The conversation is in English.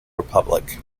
republic